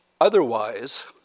otherwise